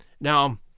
Now